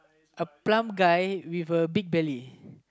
a plump guy with a big belly